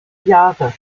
jahre